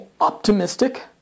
optimistic